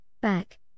back